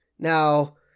Now